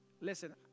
Listen